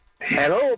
Hello